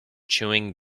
chewing